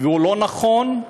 ולא נכון,